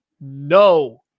no